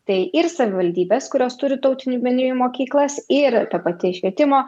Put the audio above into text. tai ir savivaldybės kurios turi tautinių bendrijų mokyklas ir ta pati švietimo